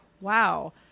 wow